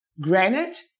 Granite